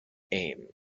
aim